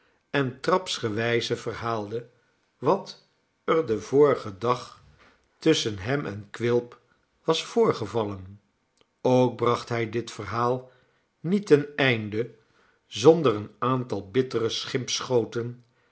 en trapsgewijze verhaalde wat er den vorigen dag tusschen hem en quilp was voorgevallen ook bracht hij dit verhaal niet ten einde zonder een aantal bittere